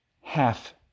half